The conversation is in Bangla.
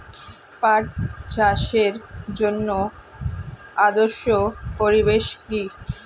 পাট চাষের জন্য আদর্শ পরিবেশ কি?